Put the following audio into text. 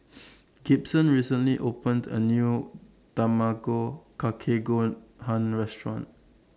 Gibson recently opened A New Tamago Kake Gohan Restaurant